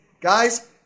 Guys